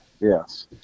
Yes